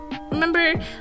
Remember